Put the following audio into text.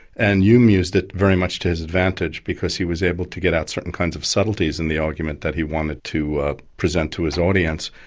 and hume used it very much to his advantage because he was able to get out certain kinds of subtleties in the argument that he wanted to ah present to his audience.